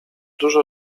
dużo